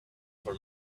for